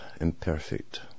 imperfect